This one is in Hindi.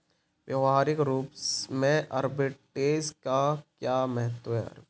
व्यवहारिक रूप में आर्बिट्रेज का क्या महत्व है?